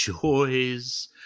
joys